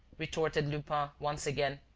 retorted lupin once again.